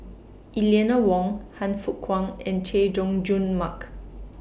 Eleanor Wong Han Fook Kwang and Chay Jung Jun Mark